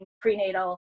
prenatal